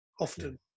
Often